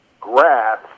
grass